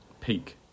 Peak